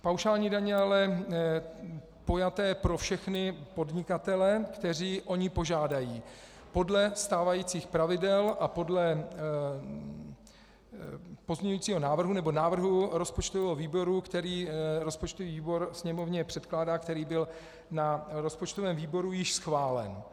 Paušální daně ale pojaté pro všechny podnikatele, kteří o ni požádají podle stávajících pravidel a podle pozměňovacího návrhu nebo návrhu rozpočtového výboru, který rozpočtový výbor Sněmovně předkládá, který byl na rozpočtovém výboru již schválen.